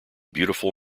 beautiful